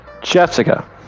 jessica